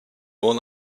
more